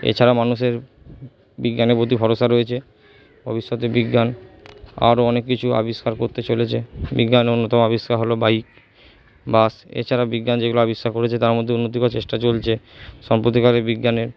এছাড়া মানুষের বিজ্ঞানের প্রতি ভরসা রয়েছে ভবিষ্যতে বিজ্ঞান আরও অনেক কিছু আবিষ্কার করতে চলেছে বিজ্ঞানের অন্যতম আবিষ্কার হলো বাইক বাস এছাড়াও বিজ্ঞান যেগুলো আবিষ্কার করেছে তার মধ্যে উন্নতি করার চেষ্টা চলছে সম্পতিকালে বিজ্ঞানের